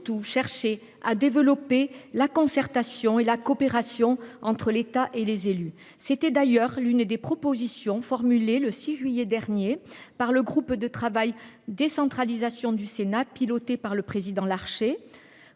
chercher à développer la concertation et la coopération entre l’État et les élus. Telle était d’ailleurs l’une des propositions formulées le 6 juillet dernier par le groupe de travail du Sénat sur la décentralisation, piloté par le président Larcher